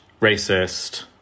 racist